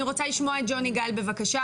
אני רוצה לשמוע את ג'וני גל בבקשה,